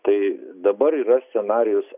tai dabar yra scenarijus